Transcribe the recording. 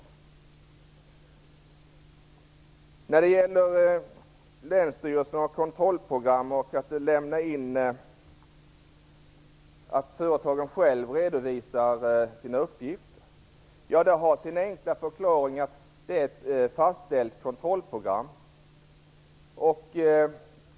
Kia Andreasson nämnde länsstyrelsernas kontrollprogram och att företagen själva redovisar sina uppgifter. Det har sin enkla förklaring i att det är ett fastställt kontrollprogram.